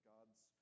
God's